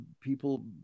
people